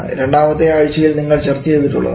രണ്ടാമത്തെ ആഴ്ചയിൽ നമ്മൾ ചർച്ച ചെയ്തിട്ടുള്ളതാണ്